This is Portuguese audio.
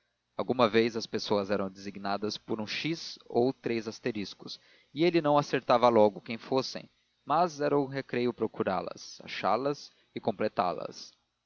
alguma vez as pessoas eram designadas por um x ou e ele não acertava logo quem fossem mas era um recreio procurá las achá las e completá las